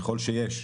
ככל שיש,